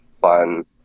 fun